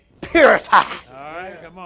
purified